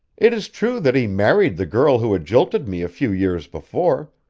it is true that he married the girl who had jilted me a few years before,